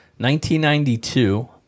1992